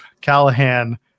Callahan